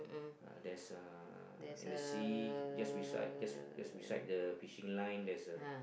uh there's uh in the sea just beside just just beside the fishing line there's a